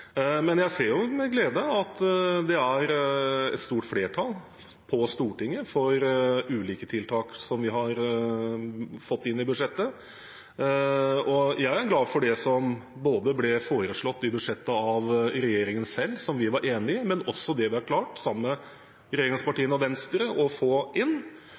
Men jeg ser med glede at det er et stort flertall på Stortinget for ulike tiltak som vi har fått inn i budsjettet, og jeg er glad for det som ble foreslått i budsjettet av regjeringen selv, som vi var enig i, men også for det vi sammen med regjeringspartiene og Venstre har klart å få inn.